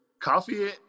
Coffee